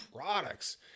products